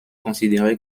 considéré